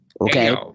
okay